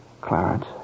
Clarence